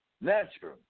natural